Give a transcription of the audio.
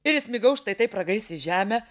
ir įsmigau štai taip ragais į žemę